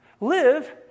Live